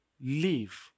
leave